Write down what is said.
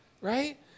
right